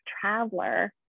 traveler